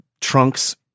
trunks